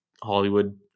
Hollywood